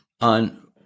on